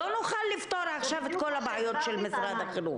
לא נוכל עכשיו לפתור את כל הבעיות של משרד החינוך.